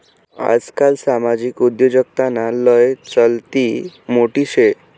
आजकाल सामाजिक उद्योजकताना लय चलती मोठी शे